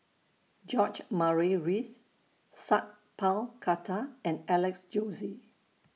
George Murray Reith Sat Pal Khattar and Alex Josey